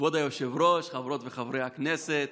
כבוד היושב-ראש, חברות וחברי הכנסת,